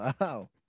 Wow